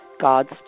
God's